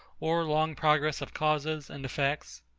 or long progress of causes and effects?